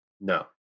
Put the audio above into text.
No